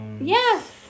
yes